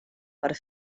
per